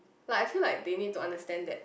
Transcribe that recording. like I feel like they need to understand that